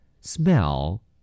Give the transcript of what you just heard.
smell